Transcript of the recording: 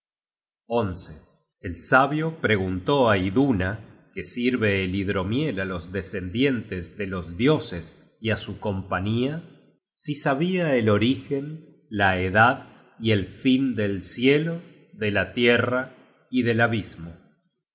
camino el sabio preguntó á iduna que sirve el hidromiel á los descendientes de los dioses y á su compañía si sabia el origen la edad y el fin del cielo de la tierra y del abismo